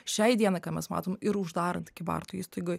šiai dienai ką mes matom ir uždarant kybartų įstaigoj